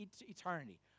eternity